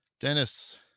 Dennis